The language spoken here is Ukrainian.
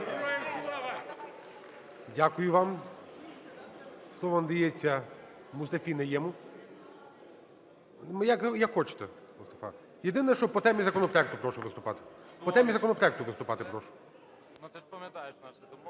Дякую вам. Слово надається МустафіНайєму. Як хочете, Мустафа, єдине що, по темі законопроекту прошу виступати. По темі законопроекту виступати прошу. 13:43:33 НАЙЄМ М.